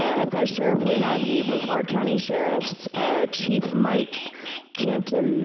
ah have got sheriff brevard county sheriffs chief mike cantaloupe.